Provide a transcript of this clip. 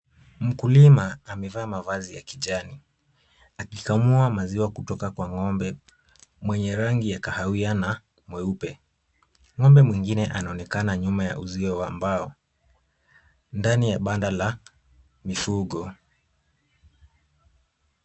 Mkulima amevaa mavazi ya kijani akikamua maziwa kutoka kwa ng'ombe mwenye rangi ya kahawia na mweupe.Ng'ombe mwingine anaonekana nyuma ya uzio wa mbao ndani ya banda la mifugo.